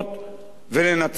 ולנצח בהן,